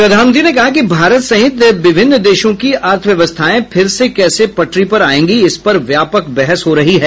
प्रधानमंत्री ने कहा कि भारत सहित विभिन्न देशों की अर्थव्यवस्थायें फिर से कैसे पटरी पर आएंगी इस पर व्यापक बहस हो रही है